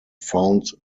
found